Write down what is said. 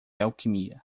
alquimia